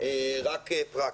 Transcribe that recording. רק פרקטית.